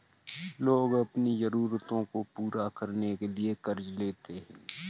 लोग अपनी ज़रूरतों को पूरा करने के लिए क़र्ज़ लेते है